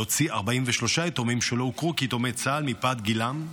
להוציא 43 יתומים שלא הוכרו כיתומי צה"ל מפאת גילם,